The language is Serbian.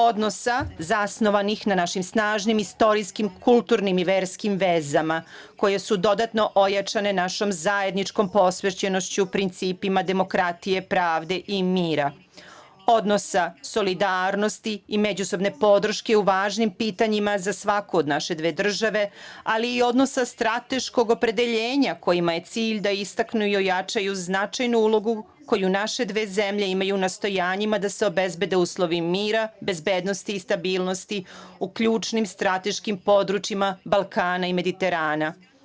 Odnosa zasnovanih na našim snažnim, istorijskim, kulturnim i verskim vezama, koje su dodatno ojačane našom zajedničkom posvećenošću, principima demokratije, pravde i mira, odnosa solidarnosti i međusobne podrške u važnim pitanjima za svaku od naše dve države, ali i odnosa strateškog opredeljenja, kojima je cilj da istaknu i ojačaju značajnu ulogu koju naše dve zemlje imaju, nastojanjima da se obezbede uslovi mira, bezbednosti i stabilnosti u ključnim strateškim područjima Balkana i Mediterana.